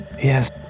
Yes